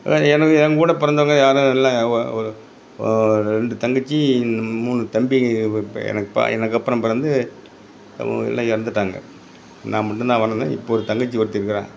வ எனது என் கூட பிறந்தவங்க யாரும் இல்லைங்க ஒரு ஒரு ஒரு ரெண்டு தங்கச்சி ம் மூணு தம்பிங்க இப்போ எனக்கு பா எனக்கப்புறம் பிறந்து அவங்க எல்லாம் இறந்துட்டாங்க நான் மட்டும் தான் வளர்ந்தேன் இப்போ தங்கச்சி ஒருத்தி இருக்கிறா